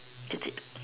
that's it